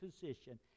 position